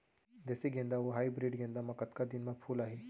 देसी गेंदा अऊ हाइब्रिड गेंदा म कतका दिन म फूल आही?